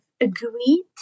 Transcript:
agreed